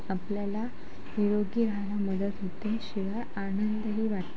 आपल्याला निरोगी राहायला मदत होते शिवाय आनंदही वाटतो